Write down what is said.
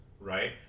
right